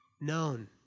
known